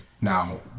now